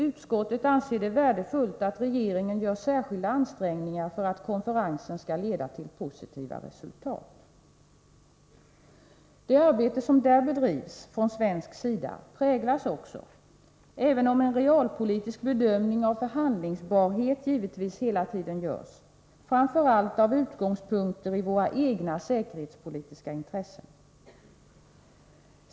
Utskottet anser det värdefullt att regeringen gör särskilda ansträngningar för att konferensen skall leda till positiva resultat. Det arbete som där bedrivs från svensk sida präglas framför allt av utgångspunkter i våra egna säkerhetspolitiska intressen, även om en realpolitisk bedömning av förhandlingsbarhet givetvis hela tiden görs.